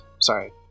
sorry